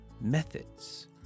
methods